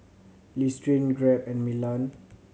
Listerine Grab and Milan